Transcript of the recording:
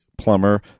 Plumber